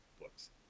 books